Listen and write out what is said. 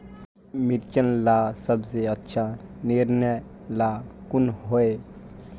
मिर्चन ला सबसे अच्छा निर्णय ला कुन होई?